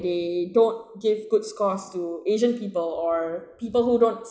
they don't give good scores to asian people or people who don't s~